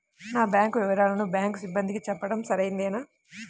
నా బ్యాంకు వివరాలను బ్యాంకు సిబ్బందికి చెప్పడం సరైందేనా?